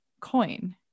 coin